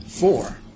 four